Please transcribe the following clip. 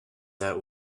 out